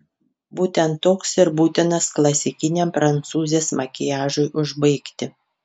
būtent toks ir būtinas klasikiniam prancūzės makiažui užbaigti